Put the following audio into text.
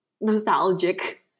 nostalgic